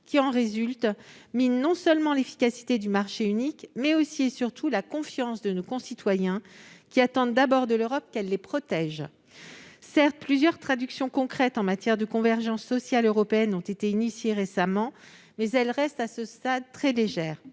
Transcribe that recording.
qui en résultent minent non seulement l'efficacité du marché unique, mais aussi, et surtout, la confiance de nos concitoyens, qui attendent d'abord de l'Europe qu'elle les protège. Certes, plusieurs mesures concrètes en matière de convergence sociale européenne ont été engagées récemment, mais elles restent à ce stade très légères.